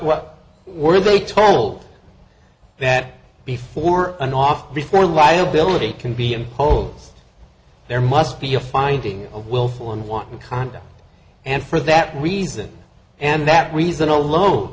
what were they told that before an off before liability can be imposed there must be a finding of willful and wanton conduct and for that reason and that reason alone